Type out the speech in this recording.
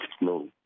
No